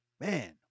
man